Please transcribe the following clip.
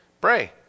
pray